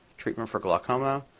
treatment for glaucoma.